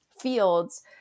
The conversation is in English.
fields